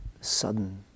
sudden